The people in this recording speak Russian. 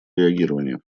реагирования